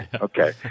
Okay